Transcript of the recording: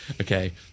okay